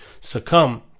succumb